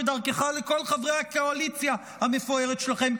ודרכך לכל חברי הקואליציה המפוארת שלכם: